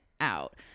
out